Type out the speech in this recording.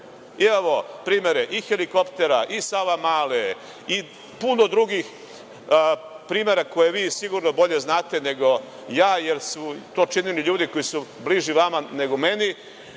Imamo primere i helikoptera i Savamale i puno drugih primera koje vi sigurno bolje znate nego ja, jer su to činili ljudi koji su bliži vama nego meni,